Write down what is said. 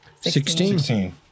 Sixteen